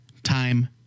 Time